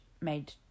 made